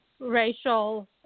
racial